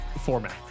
format